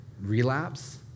relapse